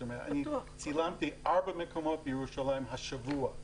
צילמתי ארבעה מקומות בירושלים השבוע,